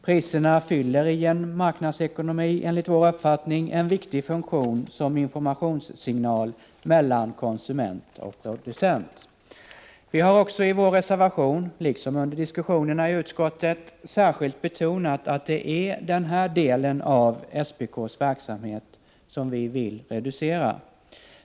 Priserna fyller i en marknadsekonomi enligt vår uppfattning en viktig funktion som informationssignal mellan konsument och producent. Vi har också i vår reservation, liksom under diskussionerna i utskottet, särskilt betonat att det är den här delen av SPK:s verksamhet som vi vill reducera.